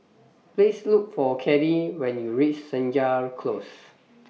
Please Look For Caddie when YOU REACH Senja Close